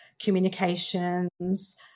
communications